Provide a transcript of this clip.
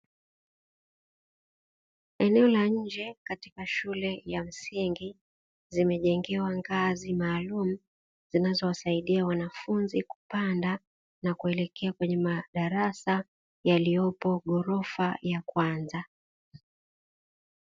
Eneo la nje katika shule ya msingi zimejengewa ngazi maalumu, zinazo wasaidia wanafunzi kupanda kuelekea kwenye madarasa yaliyopo ghorofa ya kwanza.